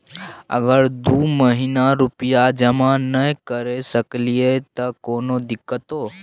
अगर दू महीना रुपिया जमा नय करे सकलियै त कोनो दिक्कतों?